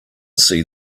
see